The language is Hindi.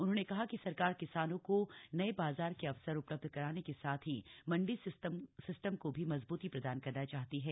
उन्होंने कहा कि सरकार किसानों को नये बाजार के अवसर उपलब्ध कराने के साथ ही मंडी सिस्टम को भी मजबूती प्रदान करना चाहती है